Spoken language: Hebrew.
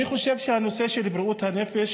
אני חושב שהנושא של בריאות הנפש,